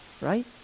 right